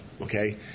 okay